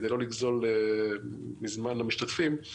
כדי לא לגזול מזמן המשתתפים,